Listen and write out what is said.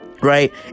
right